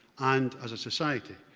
and as a society,